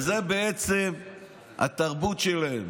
זאת בעצם התרבות שלהם.